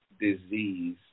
disease